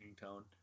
tone